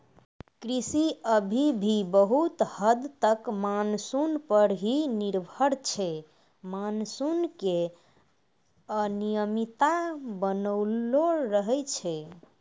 कृषि अभी भी बहुत हद तक मानसून पर हीं निर्भर छै मानसून के अनियमितता बनलो रहै छै